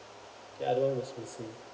the other one was missing